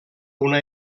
una